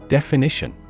Definition